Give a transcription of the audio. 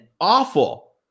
awful